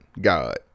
God